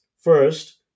First